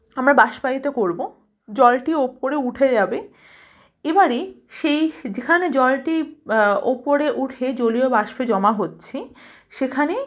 আমরা বাষ্পায়িত করবো জলটি ওপরে উঠে যাবে এবারে সেই যেখানে জলটি ওপরে উঠে জলীয়বাষ্পে জমা হচ্ছে সেখানে